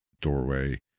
doorway